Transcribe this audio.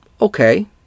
Okay